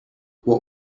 what